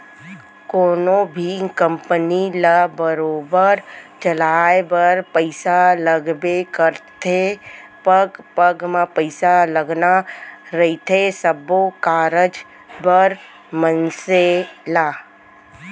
कोनो भी कंपनी ल बरोबर चलाय बर पइसा लगबे करथे पग पग म पइसा लगना रहिथे सब्बो कारज बर मनसे ल